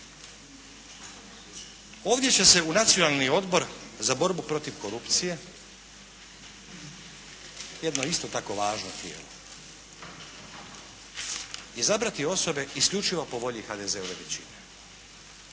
Ovdje će se u Nacionalni odbor za borbu protiv korupcije, jedno isto tako važno tijelo, izabrati osobe isključivo po volji HDZ-ove većine.